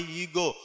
ego